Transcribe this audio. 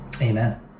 Amen